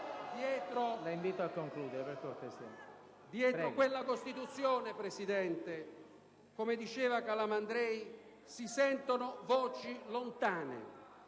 Dietro questa Costituzione, come diceva Calamandrei, si sentono voci lontane,